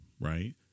Right